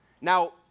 Now